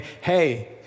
hey